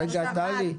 טלי,